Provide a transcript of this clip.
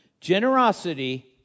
Generosity